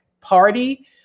Party